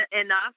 enough